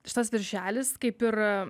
šitas viršelis kaip ir